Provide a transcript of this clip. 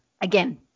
Again